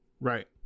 Right